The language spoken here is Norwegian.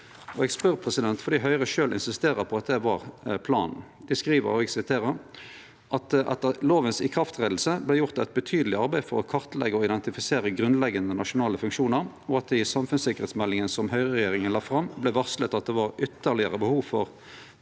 Eg spør fordi Høgre sjølv insisterer på at det var planen. Dei skriv at «det etter lovens ikrafttredelse ble gjort et betydelig arbeid for å kartlegge og identifisere grunnleggende nasjonale funksjoner», og at det i samfunnssikkerheitsmeldinga som høgreregjeringa la fram, vart varsla at det var ytterlegare behov for